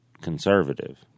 conservative